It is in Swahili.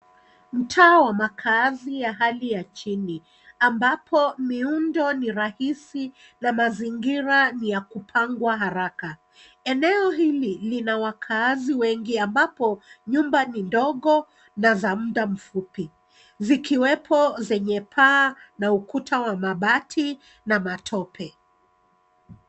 Mtaa wa makaazi wa hali ya chini ambapo miundo ni rahisi na mazingira ni ya kupangwa haraka. Eneo hili lina wakaazi wengi ambapo nyumba ni ndogo na za muda mfupi zikiwepo zenye paa na ukuta wa mabati na matope.